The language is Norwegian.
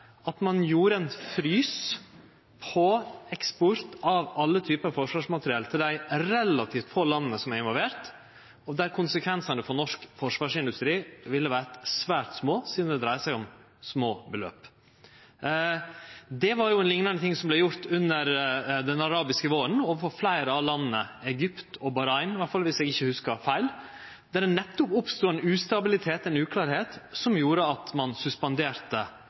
at ein gjorde ein frys med omsyn til eksport av alle typar forsvarsmateriell til dei relativt få landa som er involverte, og der konsekvensane for norsk forsvarsindustri ville ha vore svært små, sidan det dreier seg om små beløp. Det var noko liknande som vart gjort under den arabiske våren overfor fleire av landa – Egypt og Bahrain, iallfall, dersom eg ikkje hugsar feil – der det nettopp oppstod ein ustabilitet, ein uklarleik, som gjorde at ein